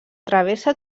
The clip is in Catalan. travessa